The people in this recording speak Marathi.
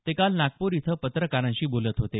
ते काल नागपूर इथं पत्रकारांशी बोलत होते